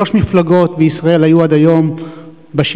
שלוש מפלגות בישראל היו עד היום בשלטון,